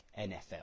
NFL